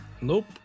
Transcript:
Nope